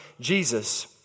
Jesus